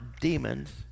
demons